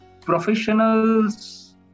professionals